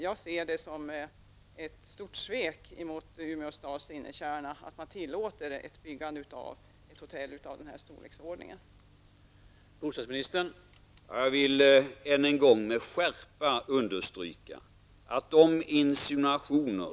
Jag ser det som ett stort svek mot Umeå stads innerkärna att man tillåter byggandet av ett hotell av den här storleksordningen där.